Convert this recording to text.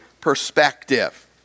perspective